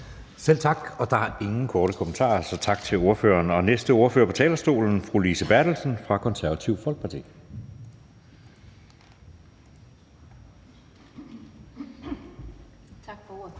Selv tak. Og der er ingen korte bemærkninger, så tak til ordføreren. Den næste ordfører på talerstolen er fru Lise Bertelsen fra Det Konservative Folkeparti. Kl.